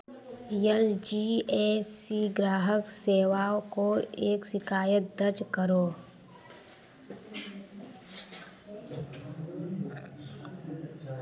L G A C ग्राहक सेवाओं को एक शिकायत दर्ज करो